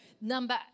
Number